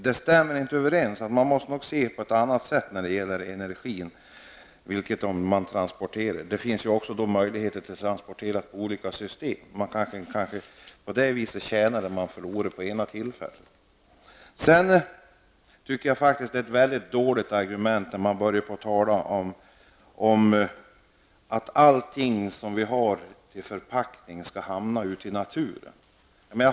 Det stämmer inte överens. Man måste nog se på ett annat sätt när det gäller energin och transporterna. Det finns ju också möjligheter att transportera med olika system. Man kan kanske på det sättet ta igen vad man förlorar vid ett tillfälle. Sedan tycker jag faktiskt att det är ett mycket dåligt argument när man börjar tala om att allting som vi har ifråga om förpackning skall hamna ute i naturen.